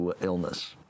illness